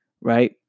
right